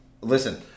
Listen